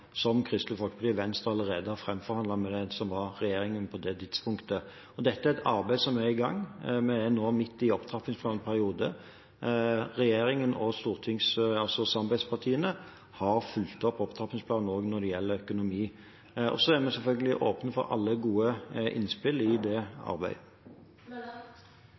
som Kristelig Folkeparti og Venstre framforhandlet med dem som utgjorde regjeringen på det tidspunktet. Dette er et arbeid som er i gang. Vi er nå midt i opptrappingsplanens periode. Regjeringen og samarbeidspartiene har fulgt opp opptrappingsplanen også når det gjelder økonomi. Men vi er selvfølgelig åpne for alle gode innspill i det arbeidet.